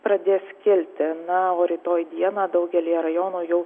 pradės kilti na o rytoj dieną daugelyje rajonų jau